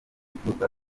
bicuruzwa